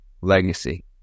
legacy